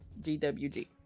GWG